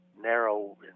narrow